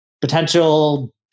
potential